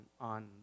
on